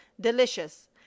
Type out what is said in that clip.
delicious